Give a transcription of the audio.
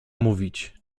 mówić